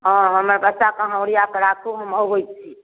हँ हमर बच्चाके अहाँ ओरिआके राखू हम अबै छी